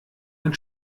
ein